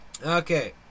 Okay